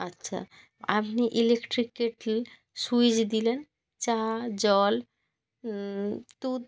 আচ্ছা আপনি electric kettle switch দিলেন চা জল দুধ